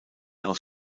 aus